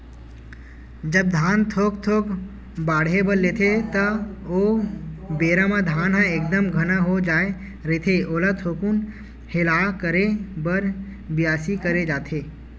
जब धान थोक थोक बाड़हे बर लेथे ता ओ बेरा म धान ह एकदम घना हो जाय रहिथे ओला थोकुन हेला करे बर बियासी करे जाथे